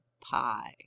pie